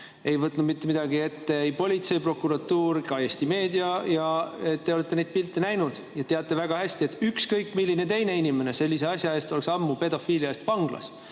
Ei võtnud mitte midagi ette ei politsei, prokuratuur ega ka Eesti meedia. Te olete neid pilte näinud ja teate väga hästi, et ükskõik milline teine inimene sellise asja eest oleks ammu pedofiilia eest vanglas.